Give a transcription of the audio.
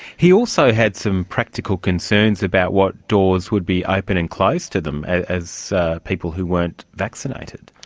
he also had some practical concerns about what doors would be open and closed to them as people who weren't vaccinated.